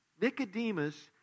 Nicodemus